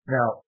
Now